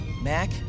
Mac